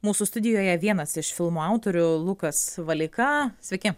mūsų studijoje vienas iš filmo autorių lukas valeika sveiki